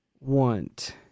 want